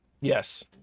Yes